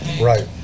Right